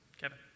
Kevin